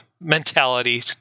mentality